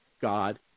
God